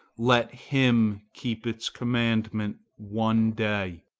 let him keep its commandment one day.